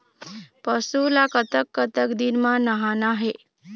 पशु ला कतक कतक दिन म नहाना हे?